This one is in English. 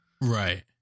Right